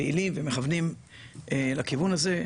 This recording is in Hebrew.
אנחנו פעילים ומכוונים לכיוון הזה,